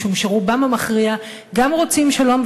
משום שרובם המכריע גם רוצים שלום,